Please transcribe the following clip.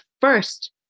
first